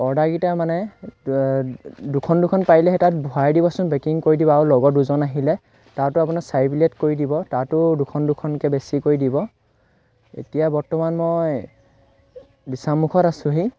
অৰ্ডাৰকেইটা মানে দুখন দুখন পাৰিলে সেই তাত ভৰাই দিবচোন পেকিং কৰি দিব আৰু লগৰ দুজন আহিলে তাতো আপোনাক চাৰি প্লেট কৰি দিব তাতো দুখন দুখনকৈ বেছি কৰি দিব এতিয়া বৰ্তমান মই বিশ্বামুখত আছোঁহি